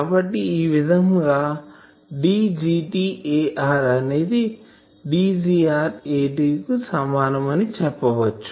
కాబట్టి ఈ విధం గా Dgt Ar అనేది Dgr At కు సమానం అని చెప్పవచ్చు